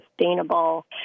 sustainable